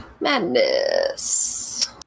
Madness